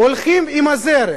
הולכים עם הזרם.